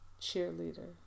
cheerleader